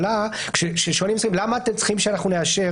כששואלים למה אתם צריכים שאנחנו נאשר